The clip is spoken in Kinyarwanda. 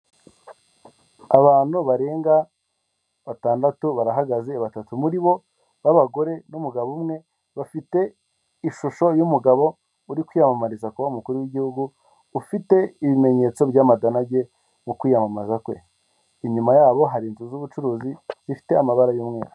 Abantu barenga batandatu barahagaze, batatu muri bo babagore n'umugabo umwe, bafite ishusho y'umugabo uri kwiyamamariza kuba umukuru w'igihugu ufite ibimenyetso by'amadanage mu kwiyamamaza kwe, inyuma yabo hari inzu z'ubucuruzi zifite amabara y'umweru.